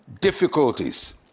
difficulties